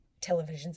televisions